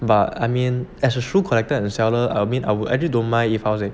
but I mean as a shoe connector and seller I mean I will actually don't mind if how to say